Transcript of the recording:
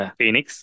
Phoenix